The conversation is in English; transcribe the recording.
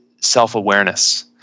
self-awareness